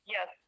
Yes